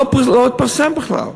לא התפרסם בכלל.